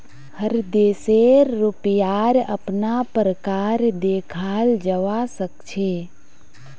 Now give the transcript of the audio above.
हर देशेर रुपयार अपना प्रकार देखाल जवा सक छे